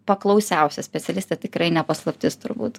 paklausiausia specialistė tikrai ne paslaptis turbūt